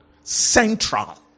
central